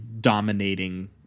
dominating